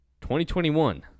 2021